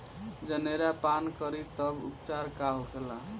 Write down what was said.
जनेरा पान करी तब उपचार का होखेला?